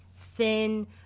thin